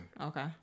Okay